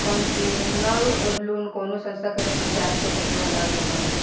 concessional loan कवनो संस्था के कर्मचारी के देवे वाला लोन ह